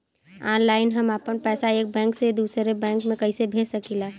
Online हम आपन पैसा एक बैंक से दूसरे बैंक में कईसे भेज सकीला?